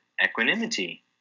equanimity